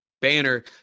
banner